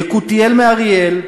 יקותיאל מאריאל,